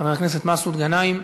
חבר הכנסת מסעוד גנאים,